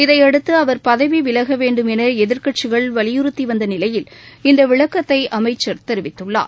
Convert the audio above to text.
இதையடுத்து அவர் பதவி விலக வேண்டும் என எதிர்க்கட்சிகள் வலியுறுத்தி வந்த நிலையில் இந்த விளக்கத்தை அமைச்சர் தெரிவித்துள்ளார்